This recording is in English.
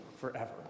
forever